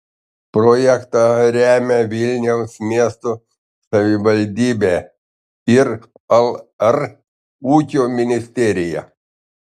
projektą remia vilniaus miesto savivaldybe ir lr ūkio ministerija